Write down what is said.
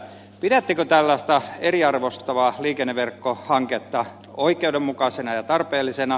pidättekö tällaista eriarvoistavaa liikenneverkkohanketta oikeudenmukaisena ja tarpeellisena